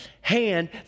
hand